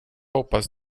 hoppas